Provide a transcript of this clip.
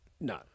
No